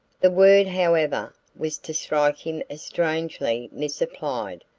the word, however, was to strike him as strangely misapplied,